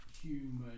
Human